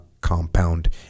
compound